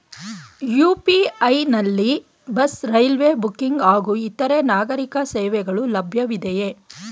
UPI ನಲ್ಲಿ bus, railway booking ಹಾಗೂ ಇತರೆ ನಾಗರೀಕ ಸೇವೆಗಳು ಲಭ್ಯವಿದೆಯೇ?